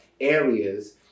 areas